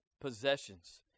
possessions